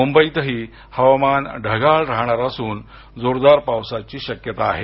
मुंबईतही हवामान ढगाळ राहणार असून जोरदार पावसाची शक्यता आहे